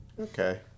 Okay